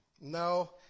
no